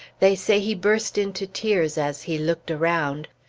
they say he burst into tears as he looked around.